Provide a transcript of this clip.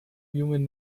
human